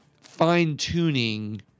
fine-tuning